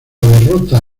derrota